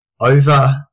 over